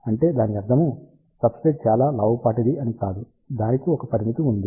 అంటే దాని అర్ధము సబ్స్ట్రేట్ చాలా లావుపాటిది అని కాదు దానికి ఒక పరిమితి ఉంది